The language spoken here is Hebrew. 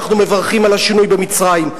אנחנו מברכים על השינוי במצרים.